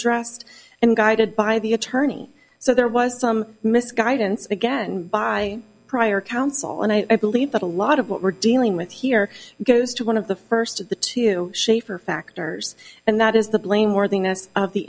d and guided by the attorney so there was some misguidance again by prior counsel and i believe that a lot of what we're dealing with here goes to one of the first of the two schaefer factors and that is the blameworthiness of the